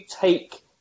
take